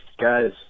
guys